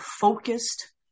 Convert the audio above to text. focused